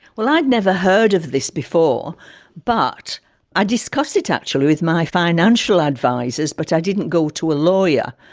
well, i'd never heard of this before but i discussed it actually with my financial advisors, but i didn't go to a lawyer.